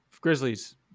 Grizzlies